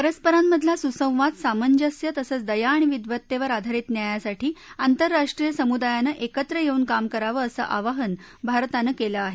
परस्परांमधला सुसंवाद सामंजस्य तसंच दया आणि विद्वत्तेवर आधारित न्यायासाठी आंतरराष्ट्रीय समुदायानं एकत्र येऊन काम करावं असं आवाहन भारतानं केलं आहे